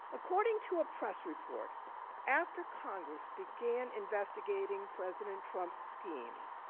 according to a press report after congress began investigating president trump's scheme,